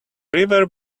river